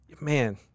Man